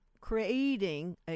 creating